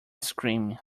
screen